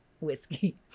whiskey